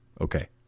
Okay